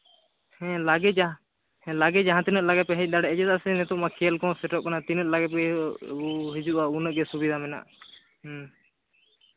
ᱦᱮᱸ ᱞᱟᱜᱮᱡᱟ ᱦᱮᱸ ᱞᱟᱜᱮ ᱡᱟᱦᱟᱸ ᱛᱤᱱᱟᱹᱜ ᱞᱟᱜᱮ ᱯᱮ ᱦᱮᱡ ᱫᱟᱲᱮᱭᱟᱜᱼᱟ ᱪᱮᱫᱟᱜ ᱥᱮ ᱱᱤᱛᱚᱜ ᱢᱟ ᱠᱷᱮᱞ ᱠᱚᱦᱚᱸ ᱥᱮᱴᱮᱨᱚᱜ ᱠᱟᱱᱟ ᱛᱤᱱᱟᱹᱜ ᱞᱟᱜᱮ ᱯᱮ ᱦᱤᱡᱩᱜᱼᱟ ᱩᱱᱟᱹᱜ ᱜᱮ ᱥᱩᱵᱤᱫᱷᱟ ᱢᱮᱱᱟᱜ ᱦᱮᱸ